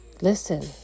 Listen